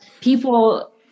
people